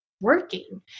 working